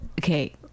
Okay